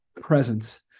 presence